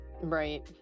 Right